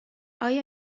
آیا